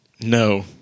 No